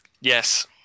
Yes